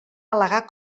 al·legar